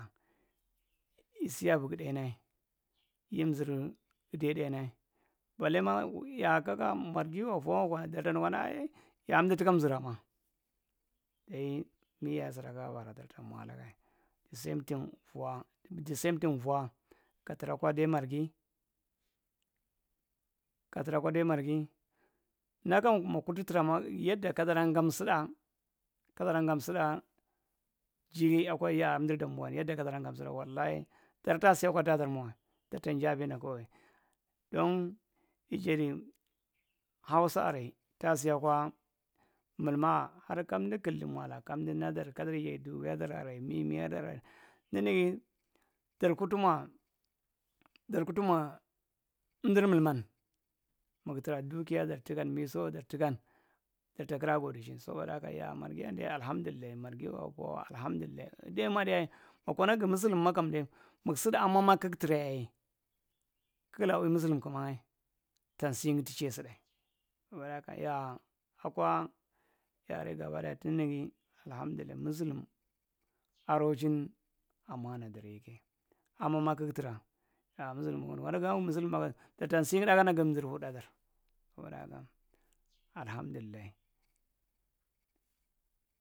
Isia vigi tdenae yimzir edde tdenae ballema yaa kaka margi wa, vwan wa dartanu kaka yaa emdu tuka emzurama deyi miyaye sura kuga bara darta mwalaga disemting vwa disemting vwan katura’kwa iday margi ka trakwa iday margi lakan muk kurtu tra ma yedda kadara gamtsuda’kuran walaahi daradaa siakwa’daydarmamae datran najae vida kawa dan ijadi hausa’aray tasiakwa mulmaa’ har kamdu killi mola kamdu nadir kajar yeydura dar aray mimiyiadar aray ninigi darkurtu mwa darkurtu mwa emdir mulman mug tra dukia dar tukan miso dartukan darta kiraa gode chin sabohaka yaa margi yan deyi alhamdullai margi mokona gumusulum makan de muk sudaa mama kugtra yaye kuglaa wi musulum kuma’ngae tansi’ngu tu che stdeae saboda haka yaa akwa yari gaba daya tinigi alahamdullai musulum arochin amaana daryeke amama kug traa ya musulum mugnu kana gu musulu, kwa darta sinyae tnakana gimzir hudadar saboda haka alhamdullai.